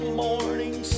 morning